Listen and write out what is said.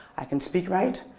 i can speak right.